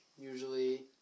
Usually